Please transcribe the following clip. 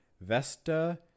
Vesta